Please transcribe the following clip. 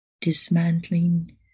Dismantling